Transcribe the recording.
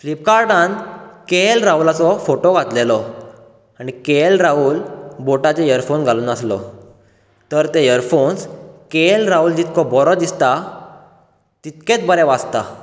फ्लिपकार्टान K L राहुलाचो photo घातलेलो आनी K L Rahul बोटाचे earphones घालून आसलो तर ते यरफोन्स के एल राहुल जितको बरो दिसता तितकेत बरें वाजता